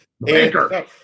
Banker